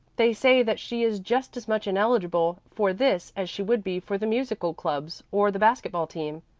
they say that she is just as much ineligible for this as she would be for the musical clubs or the basket-ball team.